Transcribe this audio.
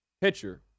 pitcher